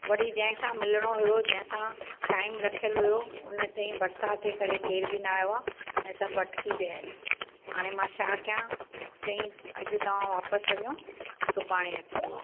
वरी जंहिंसां मिलिणो हुओ जंहिंसां टाइम रखियलु हुओ उन चईं बरसाति जे करे केर बि न आयो आहे ऐं सभु अटिकी पिया आहिनि हाणे मां छा कयां चईं अॼु तव्हां वापसि वञो सुभाणे अचिजो